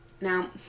Now